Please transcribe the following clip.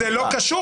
זה לא קשור,